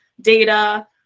data